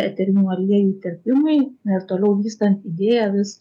eterinių aliejų tepimui ir toliau vystant idėją vis